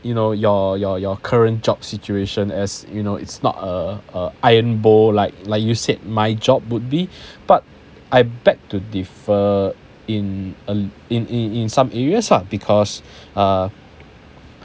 you know your your your current job situation as you know it's not uh uh iron bowl like like you said my job would be but I beg to differ in a in in in some areas because uh